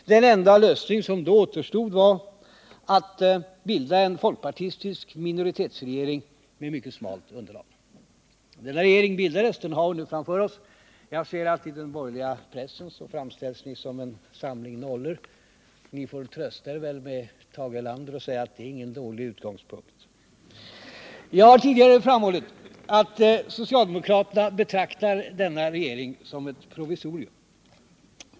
Den enda lösning som då återstod var att bilda en folkpartistisk minoritetsregering med mycket smalt underlag. Denna regering bildades — den har vi nu framför oss. Jag ser att ni i den borgerliga pressen framställs som en samling nollor. Ni får trösta er med Tage Erlanders ord: Det är ingen dålig utgångspunkt. Jag har tidigare framhållit att socialdemokraterna betraktar denna regering som provisorisk.